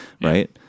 right